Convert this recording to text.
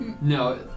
No